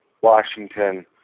Washington